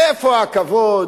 איפה הכבוד?